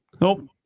Nope